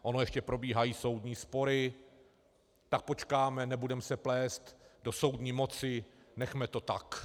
Ono ještě probíhají soudní spory, tak počkáme, nebudeme se plést do soudní moci, nechme to tak.